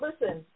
listen